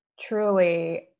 truly